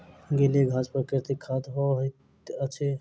गीली घास प्राकृतिक खाद होइत अछि